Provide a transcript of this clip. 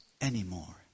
anymore